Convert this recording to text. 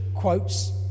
quotes